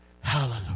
Hallelujah